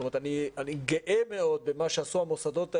אני גאה מאוד במה שעשו המוסדות האלה,